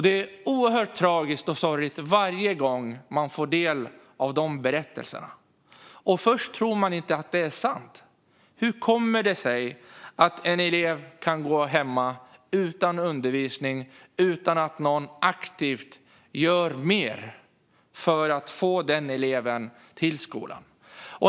Det är oerhört tragiskt och sorgligt varje gång man får ta del av dessa berättelser. Först tror man inte att det är sant: Hur kommer det sig att en elev kan gå hemma utan undervisning och utan att någon aktivt gör mer för att få eleven till skolan?